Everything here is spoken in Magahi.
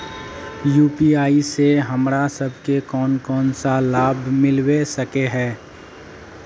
यु.पी.आई से हमरा सब के कोन कोन सा लाभ मिलबे सके है?